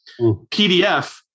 PDF